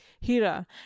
Hira